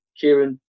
Kieran